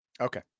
Okay